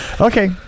Okay